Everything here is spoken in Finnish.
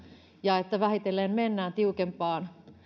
ja että vähitellen mennään tiukempaan